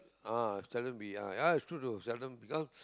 ah seldom be ah ah it's true though seldom because